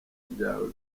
ryawe